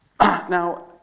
Now